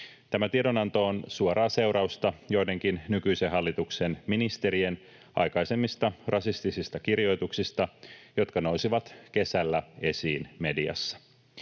Tämä tiedonanto on suoraa seurausta joidenkin nykyisen hallituksen ministerien aikaisemmista rasistisista kirjoituksista, jotka nousivat kesällä esiin mediassa.